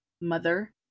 mother